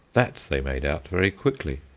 that they made out very quickly.